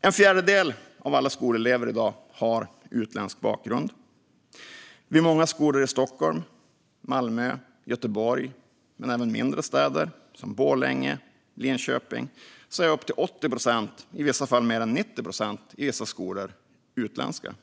En fjärdedel av alla skolelever i dag har utländsk bakgrund. Vid många skolor i Stockholm, Malmö och Göteborg men även i mindre städer som Borlänge och Linköping är upp till 80 procent, i vissa skolor mer än 90 procent, av eleverna utländska.